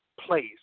place